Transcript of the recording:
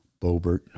Bobert